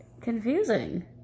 confusing